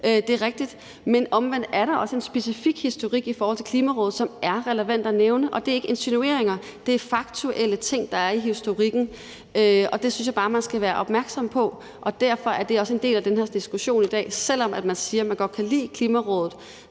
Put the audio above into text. Det er rigtigt, men omvendt er der også en specifik historik i forhold til Klimarådet, som er relevant at nævne, og det er ikke insinuationer, men faktuelle ting, der er i historikken. Det synes jeg bare man skal være opmærksom på, og derfor er det også en del af den her diskussion i dag. Selv om man siger, at man godt kan lide Klimarådet,